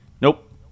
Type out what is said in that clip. Nope